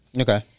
Okay